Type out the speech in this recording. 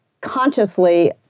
consciously